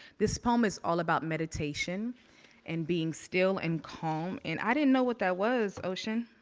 this poem is all about meditation and being still and calm, and i didn't know what that was, ocean.